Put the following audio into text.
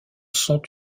sont